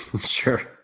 Sure